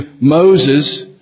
Moses